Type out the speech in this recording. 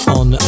on